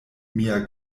mia